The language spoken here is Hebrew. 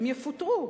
הם יפוטרו.